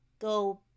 go